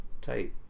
Tight